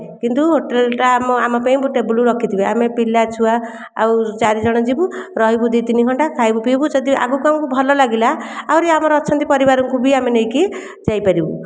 କିନ୍ତୁ ହୋଟେଲ ଟା ଆମ ଆମ ପାଇଁ ଟେବୁଲ ରଖିଥିବେ ଆମେ ପିଲା ଛୁଆ ଆଉ ଚାରି ଜଣ ଯିବୁ ରହିବୁ ଦୁଇ ତିନି ଘଣ୍ଟା ଖାଇବୁ ପିଇବୁ ଯଦି ଆଗକୁ ଆମକୁ ଭଲ ଲାଗିଲା ଆହୁରି ଆମର ଅଛନ୍ତି ପରିବାର କୁ ବି ଆମେ ନେଇକି ଯାଇପାରିବୁ